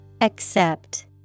Accept